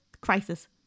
crisis